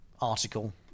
article